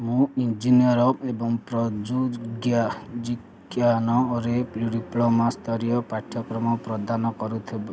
ମୁଁ ଇଞ୍ଜିନିୟର୍ ଏବଂ ପ୍ରଯୁକ୍ତି ବିଜ୍ଞାନରେ ଡିପ୍ଲୋମା ସ୍ତରୀୟ ପାଠ୍ୟକ୍ରମ ପ୍ରଦାନ କରୁଥିବା